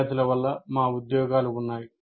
విద్యార్థుల వల్ల మా ఉద్యోగాలు ఉన్నాయి